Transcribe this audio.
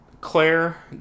Claire